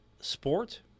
sport